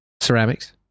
Ceramics